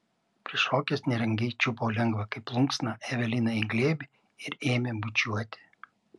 prišokęs nerangiai čiupo lengvą kaip plunksną eveliną į glėbį ir ėmė bučiuoti